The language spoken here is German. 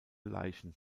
leichen